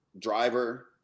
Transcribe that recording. Driver